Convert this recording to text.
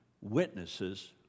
witnesses